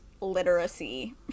literacy